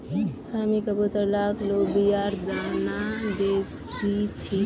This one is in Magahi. हामी कबूतर लाक लोबियार दाना दे दी छि